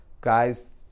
guys